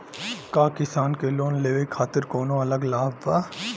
का किसान के लोन लेवे खातिर कौनो अलग लाभ बा?